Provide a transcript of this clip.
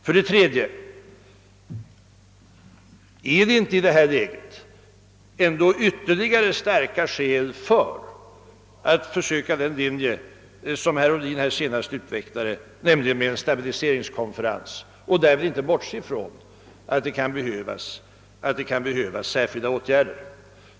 För det tredje: Finns det inte i denna situation ytterligare starka skäl för att försöka den linje, som herr Ohlin senast utvecklade, nämligen en stabiliseringskonferens, och därvid inte bortse från att det kan behövas speciella åtgärder?